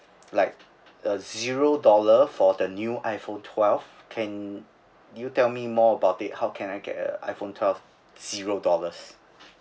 like the zero dollar for the new iPhone twelve can you tell me more about it how can I get a iPhone twelve zero dollars